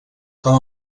com